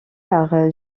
par